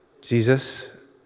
Jesus